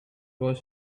was